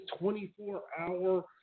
24-hour